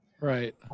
Right